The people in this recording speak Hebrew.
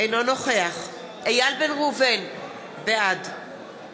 אינו נוכח איל בן ראובן, בעד